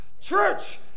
Church